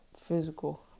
physical